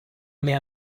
mehr